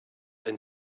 ein